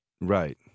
Right